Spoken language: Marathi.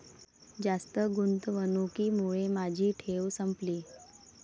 जास्त गुंतवणुकीमुळे माझी ठेव संपली